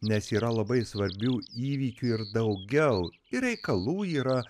nes yra labai svarbių įvykių ir daugiau ir reikalų yra